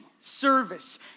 service